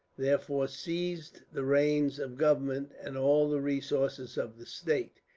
therefore, seized the reins of government, and all the resources of the state.